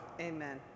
Amen